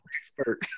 expert